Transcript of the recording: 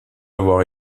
avoir